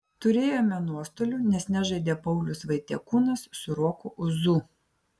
turėjome nuostolių nes nežaidė paulius vaitiekūnas su roku ūzu